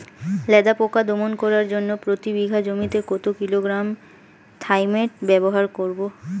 লেদা পোকা দমন করার জন্য প্রতি বিঘা জমিতে কত কিলোগ্রাম থাইমেট ব্যবহার করব?